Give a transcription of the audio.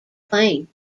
plane